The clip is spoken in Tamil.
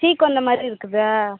சீக்கு வந்த மாதிரி இருக்குதா